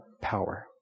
power